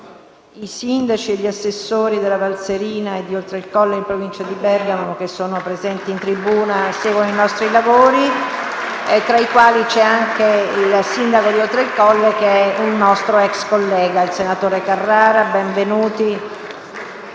i sindaci e gli assessori della Val Serina e di Oltre il Colle, in provincia di Bergamo, che sono presenti in tribuna e assistono ai nostri lavori, tra i quali è presente il sindaco di Oltre il Colle, che è un nostro ex collega, il senatore Carrara.